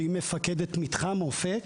שהיא מפקדת מתחם אופק,